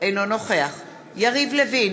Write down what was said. אינו נוכח יריב לוין,